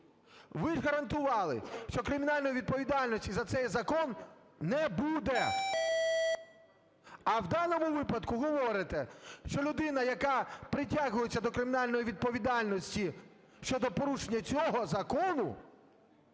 Ви гарантували, що кримінальної за цей закон не буде. А в даному випадку говорите, що людина, яка притягується до кримінальної відповідальності щодо порушення цього закону,